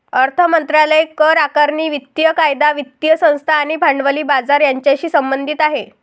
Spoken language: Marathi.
अर्थ मंत्रालय करआकारणी, वित्तीय कायदा, वित्तीय संस्था आणि भांडवली बाजार यांच्याशी संबंधित आहे